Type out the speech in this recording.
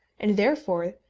and therefore,